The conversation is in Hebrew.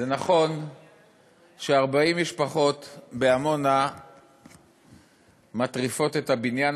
זה נכון ש-40 משפחות בעמונה מטריפות את הבניין